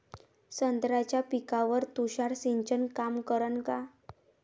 संत्र्याच्या पिकावर तुषार सिंचन काम करन का?